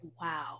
Wow